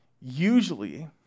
usually